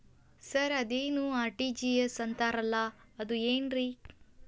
Sir ಅದೇನು RTGS ಅಂತಾರಲಾ ಅದು ಏನ್ರಿ?